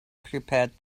prepared